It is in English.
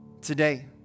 Today